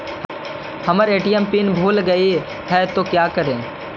हमर ATM pin भूला गेली हे, तो का करि?